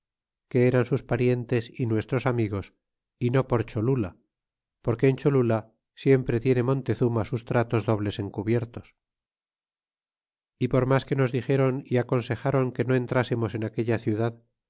que eran sus parientes y nuestros amigos y no por cholula porque en cholula siempre tiene montezuma sus tratos dobles encubiertos y por mas que nos dixéron y aconsejaron que no entrásemos en aquella ciudad